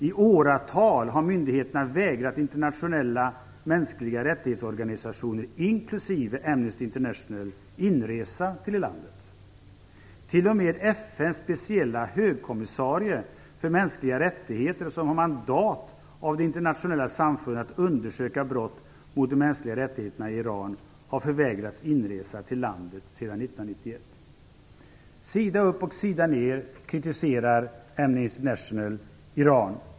"I åratal har myndigheterna vägrat internationella mänskliga rättighetsorganisationer, inklusive Amnesty International, inresa till landet. Till och med FN:s speciella högkommissarie för mänskliga rättigheter, som har mandat av det internationella samfundet att undersöka brott mot de mänskliga rättigheterna i Iran, har förvägrats inresa till landet sedan 1991" Sida upp och sida ner kritiserar Amnesty International Iran.